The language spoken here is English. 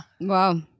Wow